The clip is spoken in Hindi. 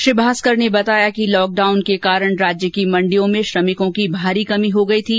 श्री भास्कर ने बताया कि लॉकडाउन के कारण राज्य की मंडियों में श्रमिकों की भारी कमी हो गई थी